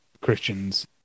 Christians